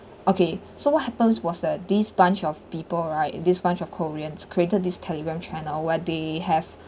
okay so what happens was the this bunch of people right this bunch of koreans created this telegram channel where they have